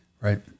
Right